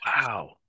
wow